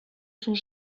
sont